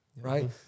Right